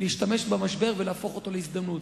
להשתמש במשבר ולהפוך אותו להזדמנות.